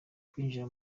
kwinjira